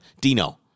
Dino